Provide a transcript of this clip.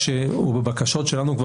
והוא בבקשות שלנו,